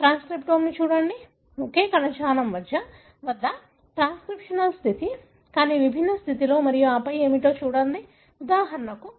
ట్రాన్స్క్రిప్టోమ్ను చూడండి ఒకే కణజాలం మధ్య ట్రాన్స్క్రిప్షనల్ స్థితి కానీ విభిన్న స్థితిలో మరియు ఆపై ఏమిటో చూడండి ఉదాహరణకు సోకిన సోకని అదే కణజాలం